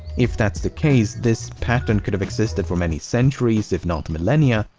if that's the case, this pattern could have existed for many centuries, if not millennia,